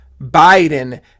Biden